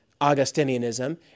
Augustinianism